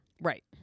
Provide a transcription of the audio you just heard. Right